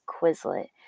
Quizlet